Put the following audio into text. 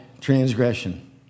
transgression